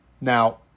now